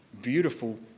beautiful